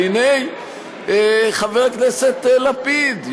והנה חבר הכנסת לפיד,